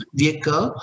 vehicle